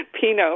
Pinot